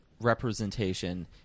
representation